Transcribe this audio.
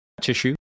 tissue